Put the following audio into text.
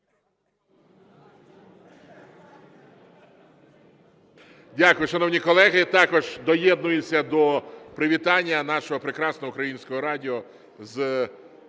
Дякую, шановні колеги. Також доєднуюся до привітання нашого прекрасного Українського радіо з